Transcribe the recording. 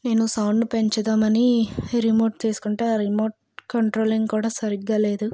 నేను సౌండ్ పెంచుదామని రిమోట్ తీసుకుంటే ఆ రిమోట్ కంట్రోలింగ్ కూడా సరిగ్గా లేదు